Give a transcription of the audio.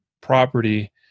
property